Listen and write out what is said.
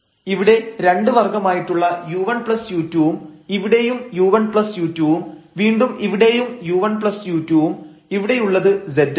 ഇവിടെ രണ്ട് വർഗ്ഗമായിട്ടുള്ള u1u2 ഉം ഇവിടെയും u1u2 ഉം വീണ്ടും ഇവിടെയും u1u2 ഉം ഇവിടെ ഉള്ളത് z ആണ്